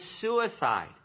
suicide